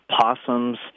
possums